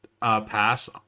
Pass